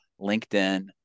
LinkedIn